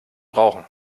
brauchen